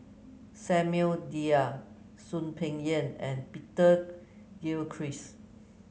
Samuel Dyer Soon Peng Yam and Peter Gilchrist